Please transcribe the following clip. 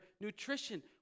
nutrition